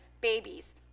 babies